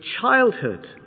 childhood